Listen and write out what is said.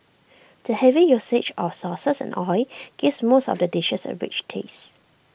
the heavy usage of sauces and oil gives most of the dishes A rich taste